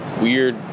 weird